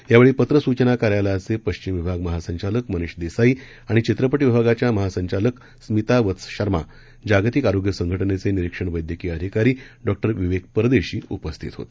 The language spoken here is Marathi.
यावेळी पत्र सूचना कार्यालयाचे पश्चिम विभाग महासंचालक मनीष देसाई आणि चित्रपट विभागाच्या महसंचालिका स्मिता वत्स शर्मा जागतिक आरोग्य संघटनेचे निरीक्षण वैद्यकीय अधिकारी डॉ विवेक परदेशी उपस्थित होते